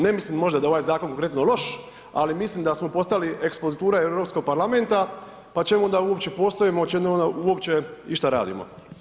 Ne mislim možda da je ovaj zakon konkretno loš ali mislim da smo postali ekspozitura Europskog parlamenta pa čemu onda uopće postoje, čemu onda uopće išta radimo?